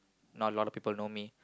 not a lot of people know me